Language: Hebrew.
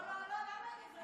לא, לא, למה את מוותרת?